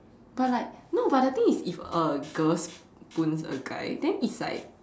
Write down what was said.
but like no but the thing is if a girl spoons a guy then it's like